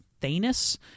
Thanos